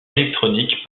électronique